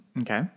Okay